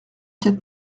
quatre